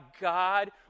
God